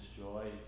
joy